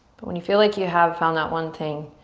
but when you feel like you have found that one thing,